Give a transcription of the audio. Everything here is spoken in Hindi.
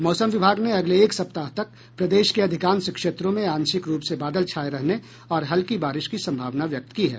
मौसम विभाग ने अगले एक सप्ताह तक प्रदेश के अधिकांश क्षेत्रों में आंशिक रूप से बादल छाये रहने और हल्की बारिश की संभावना व्यक्त की है